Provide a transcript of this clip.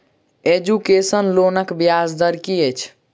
Education लोनक ब्याज दर की अछि?